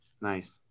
Nice